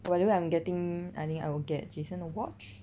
by the way I'm getting I think I will get jason a watch